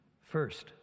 First